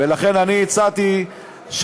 ולכן הצעתי,